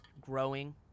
growing